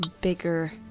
bigger